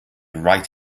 right